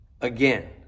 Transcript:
Again